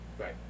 Right